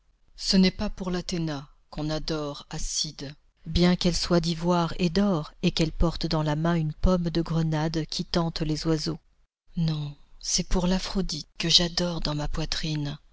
ce n'est pas pour l'athêna qu'on adore à sidê bien qu'elle soit d'ivoire et d'or et qu'elle porte dans la main une pomme de grenade qui tente les oiseaux non c'est pour l'aphroditê que j'adore dans ma poitrine